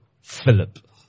Philip